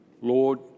Lord